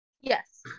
Yes